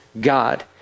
God